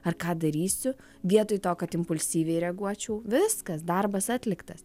ar ką darysiu vietoj to kad impulsyviai reaguočiau viskas darbas atliktas